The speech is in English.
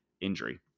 injury